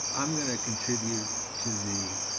i'm gonna contribute to the